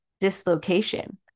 dislocation